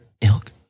ilk